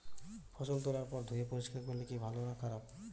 ফসল তোলার পর ধুয়ে পরিষ্কার করলে কি ভালো না খারাপ?